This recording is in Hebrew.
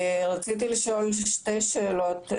רציתי לשאול שתי שאלות,